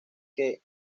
que